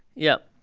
yeah.